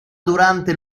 durante